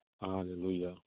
Hallelujah